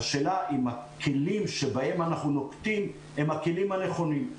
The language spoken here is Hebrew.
השאלה האם הכלים בהם אנחנו נוקטים הם הכלים הנכונים?